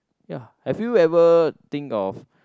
ya have you ever think of